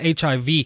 HIV